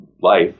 life